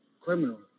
criminal